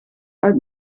uit